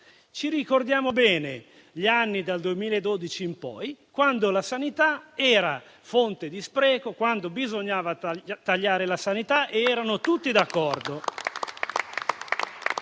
Ci ricordiamo bene gli anni dal 2012 in poi, quando la sanità era fonte di spreco, bisognava tagliare ed erano tutti d'accordo.